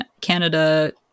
Canada